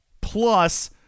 plus